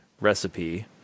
recipe